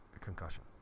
concussion